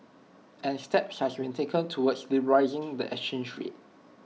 and steps has been taken towards liberalising the exchange rate